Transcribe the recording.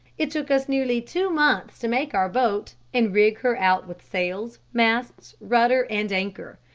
it took us nearly two months to make our boat and rig her out with sails, masts, rudder, and anchor.